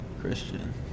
Christian